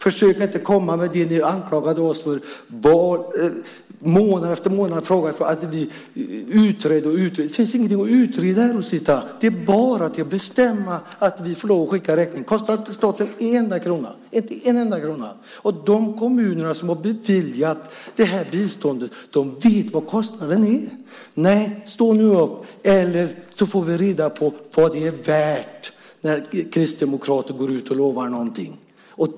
Försök inte att komma med det ni har anklagat oss för, nämligen att vi månad efter månad utredde och utredde. Det finns ingenting att utreda, Rosita. Det är bara att bestämma att räkningen ska få skickas i väg. Det kostar inte staten en enda krona. De kommuner som har beviljat biståndet vet vad kostnaden är. Stå upp och visa vad det är värt när kristdemokrater lovar något!